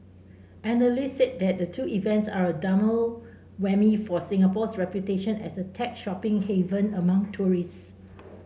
analysts said the two events are a double whammy for Singapore's reputation as a tech shopping haven among tourists